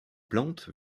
plante